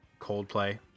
Coldplay